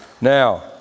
Now